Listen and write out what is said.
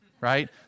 right